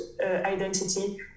identity